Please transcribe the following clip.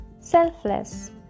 selfless